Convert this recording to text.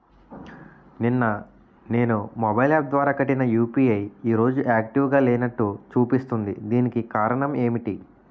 నిన్న నేను mobile app ద్వారా కట్టిన యు.పి.ఐ ఈ రోజు యాక్టివ్ గా లేనట్టు చూపిస్తుంది దీనికి కారణం ఏమిటి?